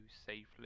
safely